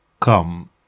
come